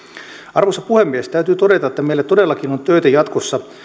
arvoisa puhemies täytyy todeta että meillä todellakin on töitä jatkossa